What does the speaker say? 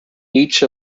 each